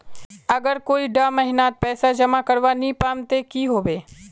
अगर कोई डा महीनात पैसा जमा करवा नी पाम ते की होबे?